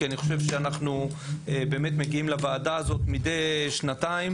כי אני חושב שאנחנו באמת מגיעים לוועדה הזאת מידי שנתיים